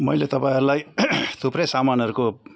मैले तपाईँहरूलाई थुप्रै सामानहरूको